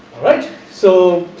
alright? so,